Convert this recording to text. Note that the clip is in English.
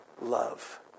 love